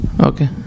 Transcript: Okay